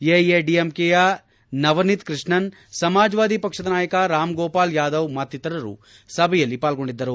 ಎಐಎಡಿಎಂಕೆಯ ನವನಿಧ್ ಕೃಷ್ಣನ್ ಸಮಾಜವಾದಿ ಪಕ್ಷದ ನಾಯಕ ರಾಮ್ ಗೋಪಾಲ್ ಯಾದವ್ ಮತ್ತಿತರರು ಸಭೆಯಲ್ಲಿ ಪಾಲ್ಗೊಂಡಿದ್ದರು